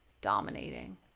dominating